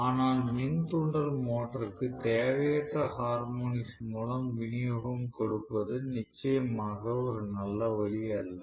ஆனால் மின் தூண்டல் மோட்டருக்கு தேவையற்ற ஹார்மோனிக்ஸ் மூலம் விநியோகம் கொடுப்பது நிச்சயமாக ஒரு நல்ல வழி அல்ல